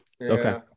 Okay